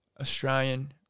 Australian